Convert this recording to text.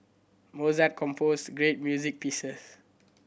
Mozart composed great music pieces